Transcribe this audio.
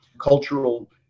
cultural